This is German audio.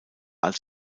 als